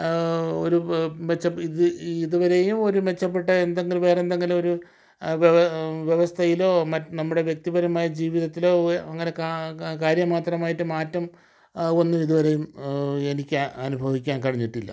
ഒരു മെച്ചം ഇതുവരെയും ഒരു മെച്ചപ്പെട്ട എന്തെങ്കിലും വേറെ എന്തെങ്കിലും ഒരു വ്യവസ്ഥയിലോ നമ്മുടെ വ്യക്തിപരമായ ജീവിതത്തിലോ അങ്ങനെ കാര്യം മാത്രമായിട്ട് മാറ്റം ഒന്നും ഇതുവരെയും എനിക്ക് അനുഭവിക്കാൻ കഴിഞ്ഞിട്ടില്ല